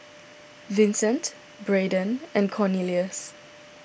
Vicente Braedon and Cornelius